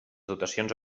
dotacions